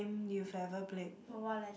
Mobile Legends